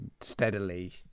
steadily